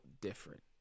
different